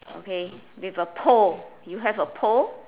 okay with a pole you have a pole